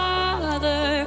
Father